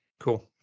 Cool